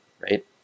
right